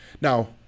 Now